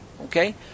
Okay